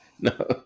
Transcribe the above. No